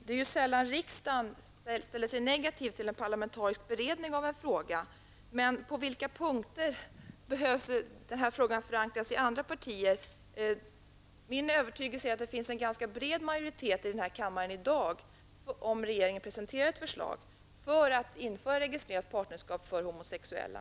Det är ju sällan riksdagen ställer sig negativ till en parlamentarisk beredning av en fråga. Men på vilka punkter finns det anledning att förankra den här frågan i andra partier? Min övertygelse är att en ganska bred majoritet av den här kammaren i dag skulle stödja ett förslag från regeringen om införande av registrerat partnerskap för homosexuella.